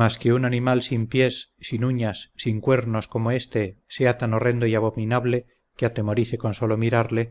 mas que un animal sin pies sin uñas sin cuernos como éste sea tan horrendo y abominable que atemorice con solo mirarle